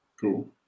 Cool